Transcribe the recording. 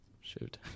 Shoot